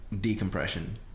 decompression